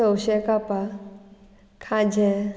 तवशे कापां खाजें